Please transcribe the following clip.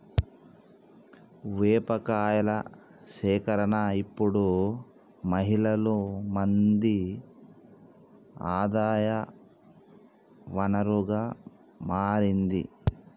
వేప కాయల సేకరణ ఇప్పుడు మహిళలు మంది ఆదాయ వనరుగా మారింది